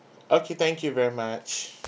okay thank you very much